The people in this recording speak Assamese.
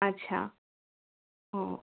আচ্ছা অঁ